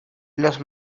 los